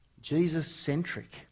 Jesus-centric